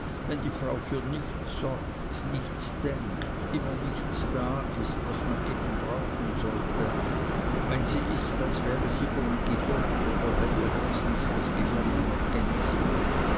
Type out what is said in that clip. wenn die frau für nichts sorgt nichts denkt immer nichts da ist was man eben brauchen sollte wenn sie ist als wäre sie ohne gehirn oder hätte höchstens das gehirn einer